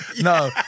No